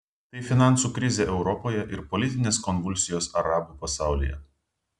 tai finansų krizė europoje ir politinės konvulsijos arabų pasaulyje